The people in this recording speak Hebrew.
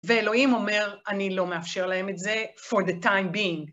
ואלוהים אומר, אני לא מאפשר להם את זה, for the time being.